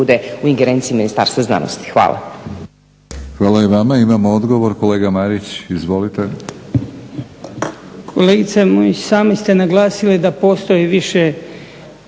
Hvala i vama. Imamo odgovor, kolega Marić. Izvolite.